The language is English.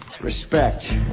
Respect